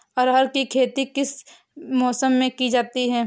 अरहर की खेती किस मौसम में की जाती है?